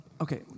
Okay